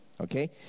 Okay